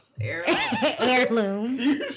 Heirloom